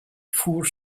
fuhr